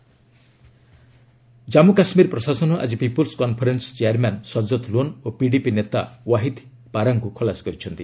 JK leaders released Jammu Kashmir ପ୍ରଶାସନ ଆଜି people's conference chairman Sajad Lone ଓ ପିଡିପି ନେତା ୱାହିଦ୍ ପାରାଙ୍କୁ ଖଲାସ କରିଛନ୍ତି